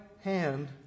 hand